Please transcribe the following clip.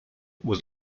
was